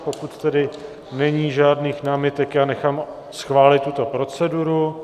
Pokud tedy není žádných námitek, nechám schválit tuto proceduru.